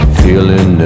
feeling